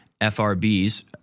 FRBs